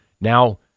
Now